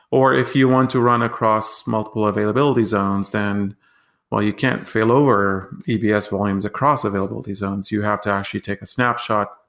or if you want to run across multiple availability zones, then you can't failover ebs yeah volumes across availability zones. you have to actually take a snapshot,